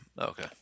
okay